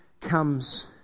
comes